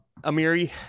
Amiri